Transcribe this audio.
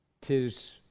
tis